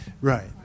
Right